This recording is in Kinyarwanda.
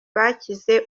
bakize